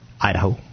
Idaho